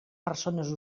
persones